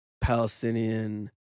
Palestinian